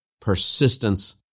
persistence